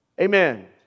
Amen